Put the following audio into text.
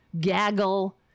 gaggle